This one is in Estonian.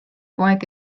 poeg